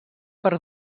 per